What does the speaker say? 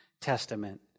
testament